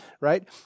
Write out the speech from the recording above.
right